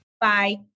Bye